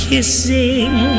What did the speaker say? Kissing